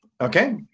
Okay